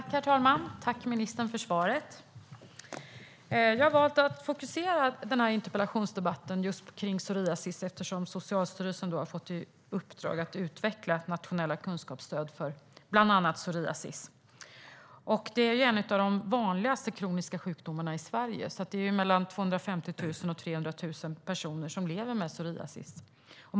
Herr talman! Jag tackar ministern för svaret. Jag har valt att fokusera den här interpellationsdebatten på psoriasis, eftersom Socialstyrelsen har fått i uppdrag att utveckla nationella kunskapsstöd för bland annat psoriasis. Det är en av de vanligaste kroniska sjukdomarna i Sverige, och det är mellan 250 000 och 300 000 personer som lever med psoriasis.